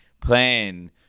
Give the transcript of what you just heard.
plan